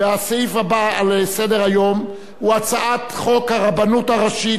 והסעיף הבא על סדר-היום הוא הצעת חוק הרבנות הראשית